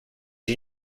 you